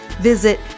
visit